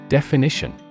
Definition